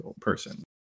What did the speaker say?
person